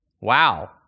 Wow